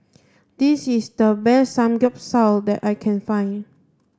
this is the best Samgyeopsal that I can find